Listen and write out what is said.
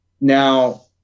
Now